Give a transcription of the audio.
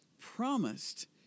promised